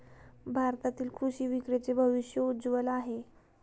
भारतातील कृषी विक्रीचे भविष्य उज्ज्वल आहे